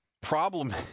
problem